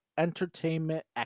entertainment